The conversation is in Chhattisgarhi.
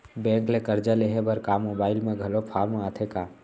बैंक ले करजा लेहे बर का मोबाइल म घलो फार्म आथे का?